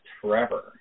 forever